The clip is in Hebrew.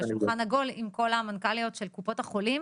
ושולחן עגול עם כל המנכ"ליות של קופות החולים